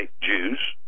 Jews